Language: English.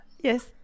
Yes